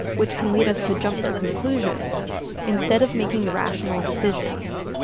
which can lead us to jump to conclusions instead of making rational decisions.